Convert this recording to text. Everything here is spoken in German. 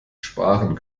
sparen